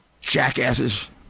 Jackasses